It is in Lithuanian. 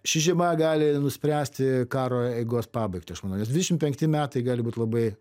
ši žiema gali nuspręsti karo eigos pabaigtį aš manau nes dvidešimt penki metai gali būti labai